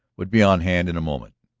would be on hand in a moment.